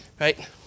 right